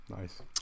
nice